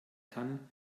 kann